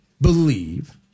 believe